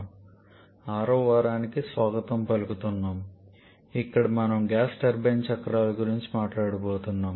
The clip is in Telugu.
6 వ వారానికి స్వాగతం పలుకుతున్నాము ఇక్కడ మనము గ్యాస్ టర్బైన్ చక్రాల గురించి మాట్లాడబోతున్నాం